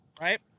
Right